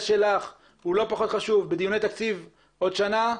שלך הוא לא פחות חשוב בדיוני תקציב בעוד שנה.